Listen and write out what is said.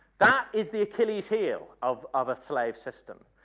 that is the achilles heel of of a slave system.